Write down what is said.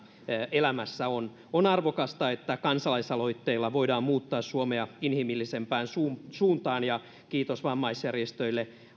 elämässä ovat on arvokasta että kansalaisaloitteilla voidaan muuttaa suomea inhimillisempään suuntaan ja kiitos vammaisjärjestöille